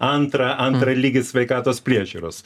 antrą antrą lygį sveikatos priežiūros